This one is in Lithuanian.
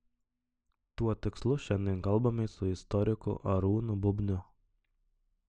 tuo tikslu šiandien kalbamės su istoriku arūnu bubniu